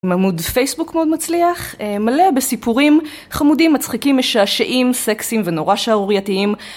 עם עמוד פייסבוק מאוד מצליח, מלא בסיפורים חמודים, מצחיקים, משעשעים, סקסים ונורא שעורייתיים.